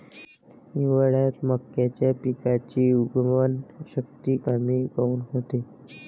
हिवाळ्यात मक्याच्या पिकाची उगवन शक्ती कमी काऊन होते?